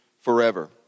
forever